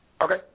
Okay